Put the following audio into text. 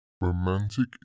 Romantic